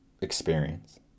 experience